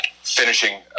finishing